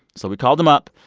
so we called him up.